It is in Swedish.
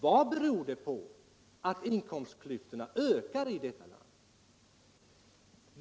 Vad beror det på att inkomstklyftorna ökar i detta land?